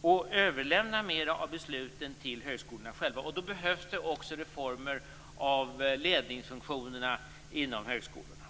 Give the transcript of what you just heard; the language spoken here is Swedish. och överlämna mera av besluten till högskolorna själva. Då behövs det också reformer av ledningsfunktionerna inom högskolorna.